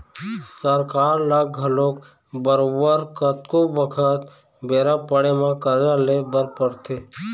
सरकार ल घलोक बरोबर कतको बखत बेरा पड़े म करजा ले बर परथे